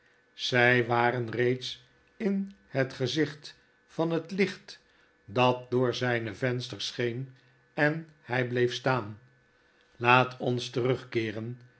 zy waren reeds in het gezicht van het licht dat door zijne vensters scheen en hy bleef staan laat ons terugkeeren